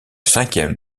cinquième